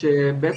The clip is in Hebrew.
רק